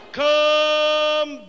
come